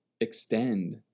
extend